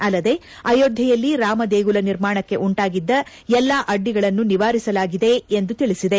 ಅಲ್ಲದೇ ಅಯೋಧ್ಯೆಯಲ್ಲಿ ರಾಮ ದೇಗುಲ ನಿರ್ಮಾಣಕ್ಕೆ ಉಂಟಾಗಿದ್ದ ಎಲ್ಲಾ ಅಡ್ಡಿಗಳನ್ನು ನಿವಾರಿಸಲಾಗಿದೆ ಎಂದು ತಿಳಿಸಿದೆ